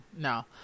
no